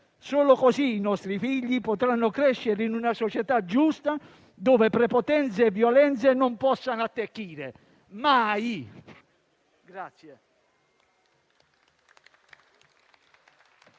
Solo così i nostri figli potranno crescere in una società giusta, in cui prepotenza e violenza non possano attecchire mai!